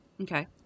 Okay